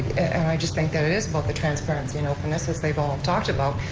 and i just think that it is about the transparency and openness, as they've all talked about,